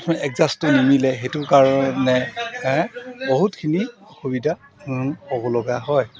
এডজাষ্টটো নিমিলে সেইটো কাৰণে বহুতখিনি অসুবিধা হ'ব লগা হয়